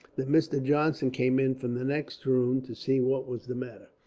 that mr. johnson came in from the next room to see what was the matter.